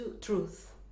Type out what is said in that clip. truth